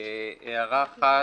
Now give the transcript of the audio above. הערה אחת,